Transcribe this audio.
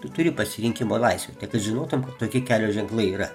tu turi pasirinkimo laisvę kad tu žinotum tokie kelio ženklai yra